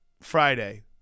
Friday